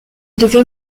devait